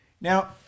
Now